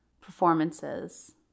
performances